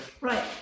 Right